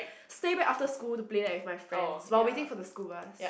stay back after school to play that with my friends while waiting for the school bus